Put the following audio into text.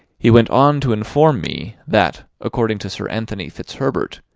he went on to inform me, that, according to sir anthony fitzherbert,